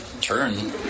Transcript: turn